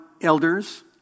elders